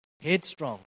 headstrong